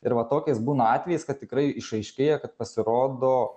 ir va tokiais būna atvejais kad tikrai išaiškėja kad pasirodo